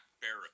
Barrett